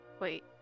Wait